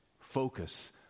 focus